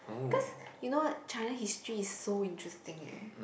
because you know China history is so interesting leh